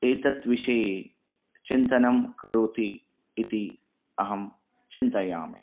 एतद्विषये चिन्तनं करोति इति अहं चिन्तयामि